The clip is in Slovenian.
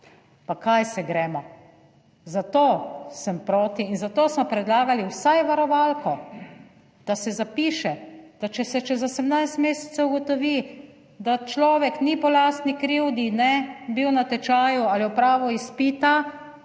Pa kaj se gremo? Zato sem proti in zato smo predlagali vsaj varovalko, da se zapiše, da če se čez 18. mesecev ugotovi, da človek ni po lastni krivdi ne bil na tečaju ali opravil izpita,